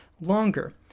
longer